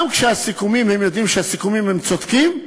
גם כשהם יודעים שהסיכומים הם צודקים,